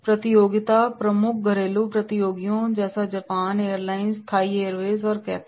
प्रतियोगिता प्रमुख घरेलू प्रतियोगियों जैसे जापान एयरलाइंस थाई एयरवेज और कैथे हैं